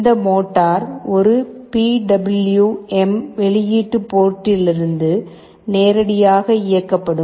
இந்த மோட்டார் ஒரு P W M வெளியீட்டு போர்ட்லிருந்து நேரடியாக இயக்கப்படும்